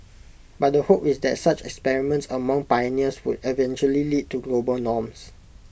but the hope is that such experiments among pioneers would eventually lead to global norms